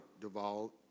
Duvall